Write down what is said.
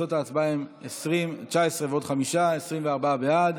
תוצאות ההצבעה הן 19 ועוד חמישה, 24 בעד,